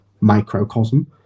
microcosm